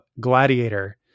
gladiator